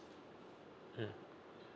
mm